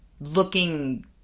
looking